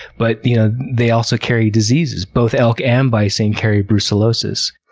but you know they also carry diseases. both elk and bison carry brucellosis.